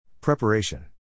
Preparation